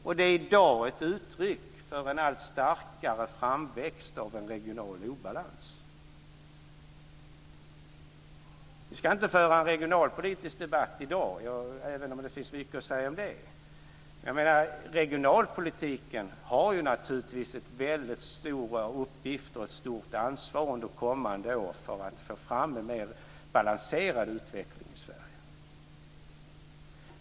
Och i dag är det ett uttryck för en allt starkare framväxt av en regional obalans. Vi ska inte föra en regionalpolitisk debatt i dag även om det finns mycket att säga om det. Regionalpolitiken har naturligtvis väldigt stora uppgifter och ett stort ansvar under kommande år för att få fram en mer balanserad utveckling i Sverige.